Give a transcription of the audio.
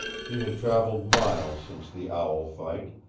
he had traveled miles since the owl fight,